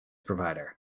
provider